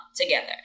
together